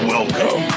Welcome